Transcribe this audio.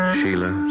Sheila